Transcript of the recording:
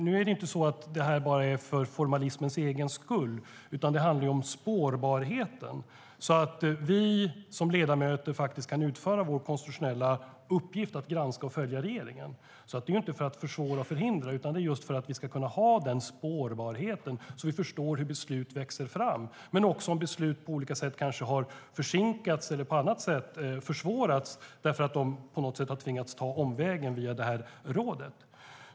Nu är det här inte bara för formalismens egen skull, utan det handlar om spårbarheten så att vi ledamöter faktiskt kan utföra vår konstitutionella uppgift, som är att granska och följa regeringen. Det är alltså inte för att försvåra och förhindra, utan det handlar om att ha den spårbarheten så att vi förstår hur beslut växer fram men också om beslut på olika sätt kanske har försinkats eller på annat sätt försvårats därför att de på något sätt har tvingats ta omvägen via rådet.